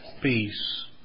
peace